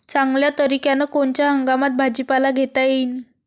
चांगल्या तरीक्यानं कोनच्या हंगामात भाजीपाला घेता येईन?